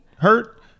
Hurt